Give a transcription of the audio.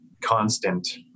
constant